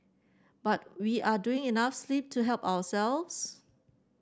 but we are doing enough sleep to help ourselves